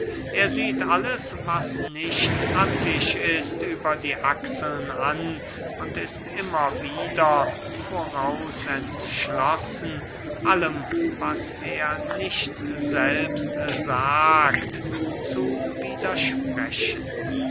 er sieht alles was nicht attisch ist über die achseln an und ist immer voraus entschlossen allem was er nicht selbst sagt zu widersprechen